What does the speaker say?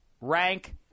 rank